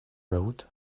rode